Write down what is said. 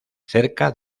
cerca